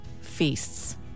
feasts